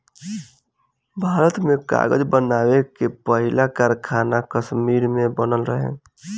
भारत में कागज़ बनावे के पहिला कारखाना कश्मीर में बनल रहे